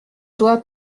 doit